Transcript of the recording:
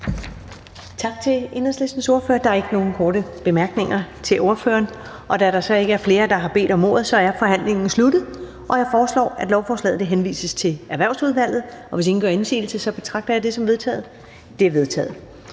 Tak til Enhedslistens ordfører. Der er ikke nogen korte bemærkninger til ordføreren. Da der ikke er flere, der har bedt om ordet, er forhandlingen sluttet. Jeg foreslår, at lovforslaget henvises til Erhvervsudvalget. Hvis ingen gør indsigelse, betragter jeg det som vedtaget. Det er vedtaget.